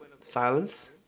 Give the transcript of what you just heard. silence